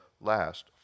last